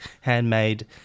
handmade